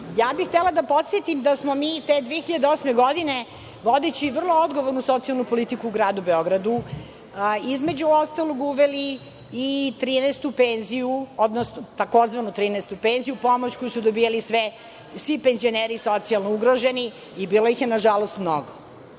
bih da podsetim da smo mi, te 2008. godine vodeći vrlo odgovornu socijalnu politiku u Gradu Beogradu, između ostalog uveli i 13 penziju, odnosno tzv. 13 penziju, pomoć koju su dobijali svi penzioneri socijalno ugroženi i bilo ih je nažalost mnogo.